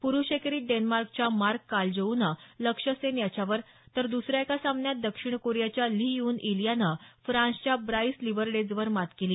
पुरुष एकेरीत डेन्मार्कच्या मार्क कालजोऊनं लक्ष्य सेन याच्यावर तर दुसऱ्या एका सामन्यात दक्षिण कोरियाच्या ली ह्यून ईल यानं फ्रान्सच्या ब्राइस लिवरडेजवर मात केली